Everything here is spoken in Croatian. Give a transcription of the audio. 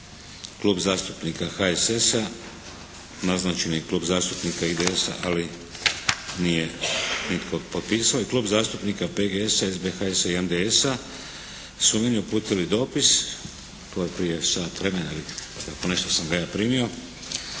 Klub zastupnika HSS-a, naznačen je i Klub zastupnika IDS-a ali nije nitko potpisao i Klub zastupnika PGS-a, SBHS-a i MDS-a su meni uputili dopis od prije sat vremena sam ga ja primio,